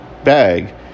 bag